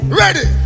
ready